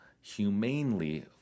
humanely